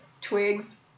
twigs